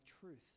truth